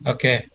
Okay